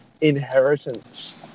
inheritance